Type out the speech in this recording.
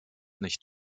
nicht